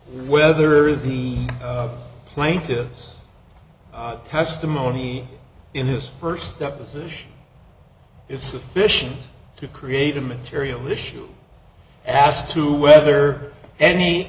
whether the plaintiff's testimony in his first deposition is sufficient to create a material issue as to whether any